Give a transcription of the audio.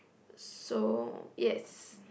so yes